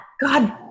God